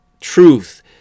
truth